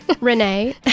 Renee